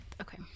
Okay